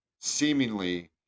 seemingly